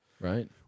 Right